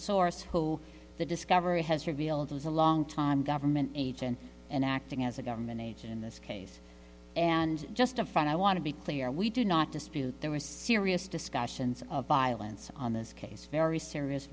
source who the discovery has revealed is a long time government agent and acting as a government agent in this case and justified i want to be clear we do not dispute there were serious discussions of violence on this case very serious